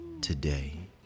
today